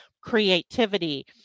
creativity